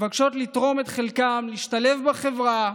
ומבקשות לתרום את חלקן ולהשתלב בחברה,